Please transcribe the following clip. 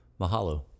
Mahalo